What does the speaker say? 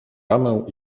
ramę